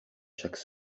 chaque